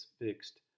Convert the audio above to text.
fixed